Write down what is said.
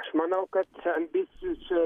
aš manau kad ambicijų čia